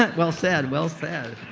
but well said. well said